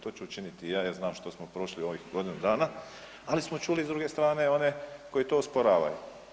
To ću učiniti i ja jer znam što smo prošli u ovih godinu dana, ali smo čuli i s druge strane one koji to osporavaju.